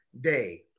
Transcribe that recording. day